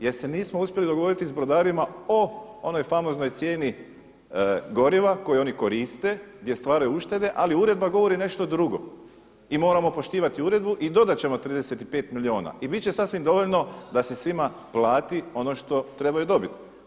Jer se nismo uspjeli dogovoriti s brodarima o onoj famoznoj cijeni goriva koju oni koriste gdje stvaraju uštede ali uredba govori nešto drugo i moramo poštivati uredbu i dodat ćemo 35 milijuna i bit će sasvim dovoljno da se svima plati ono što trebaju dobiti.